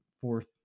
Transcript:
fourth